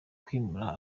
kwimura